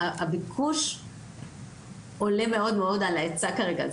הביקוש עולה מאוד מאוד על ההיצע כרגע.